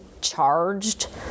charged